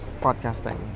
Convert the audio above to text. podcasting